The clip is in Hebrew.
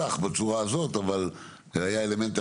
זה בסך הכול "לא יראו כמימוש" ובמכירה